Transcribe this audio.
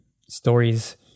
stories